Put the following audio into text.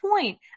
point